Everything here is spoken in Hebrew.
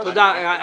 תודה.